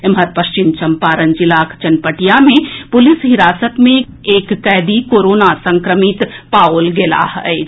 एम्हर पश्चिम चम्पारण जिलाक चनपटिया मे पुलिस हिरासत मे एक कैदी कोरोना संक्रमित पाओल गेलाह अछि